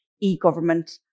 e-government